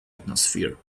atmosphere